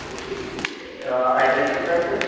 okay address आहे sir